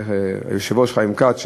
היושב-ראש חיים כץ,